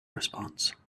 response